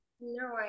No